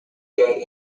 day